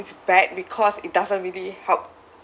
it's bad because it doesn't really help